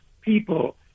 people